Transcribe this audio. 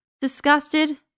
disgusted